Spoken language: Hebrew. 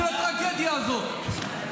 של הטרגדיה הזאת.